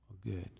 Good